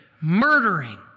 murdering